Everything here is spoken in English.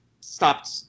stopped